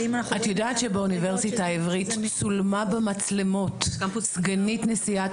את יודעת שבאוניברסיטה העברית צולמה במצלמות סגנית נשיאת